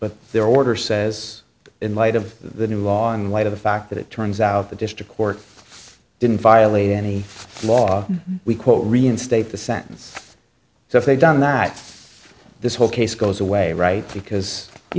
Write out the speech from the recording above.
but their order says in light of the new law in light of the fact that it turns out the district court didn't violate any law we quote reinstate the sentence so if they've done that this whole case goes away right because